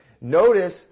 Notice